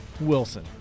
wilson